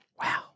Wow